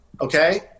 okay